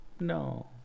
no